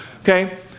Okay